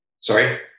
sorry